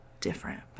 different